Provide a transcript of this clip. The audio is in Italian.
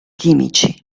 chimici